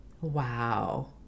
Wow